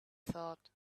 thought